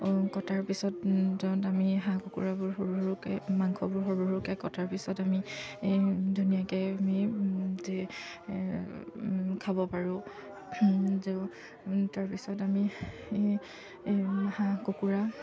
কটাৰ পিছত য'ত আমি হাঁহ কুকুৰাবোৰ সৰু সৰুকৈ মাংসবোৰ সৰু সৰুকৈ কটাৰ পিছত আমি ধুনীয়াকৈ আমি খাব পাৰোঁ তাৰপিছত আমি হাঁহ কুকুৰা